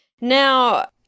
Now